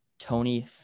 Tony